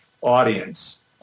audience